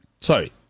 Sorry